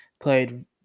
Played